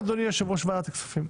בקשה, אדוני יושב ראש ועדת הכספים.